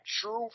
True